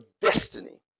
destiny